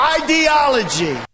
ideology